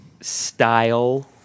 style